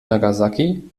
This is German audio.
nagasaki